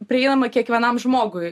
prieinama kiekvienam žmogui